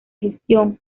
gestión